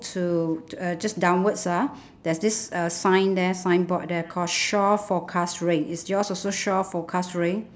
to uh just downwards ah there's this uh sign there signboard there called shore forecast rain is your also shore forecast rain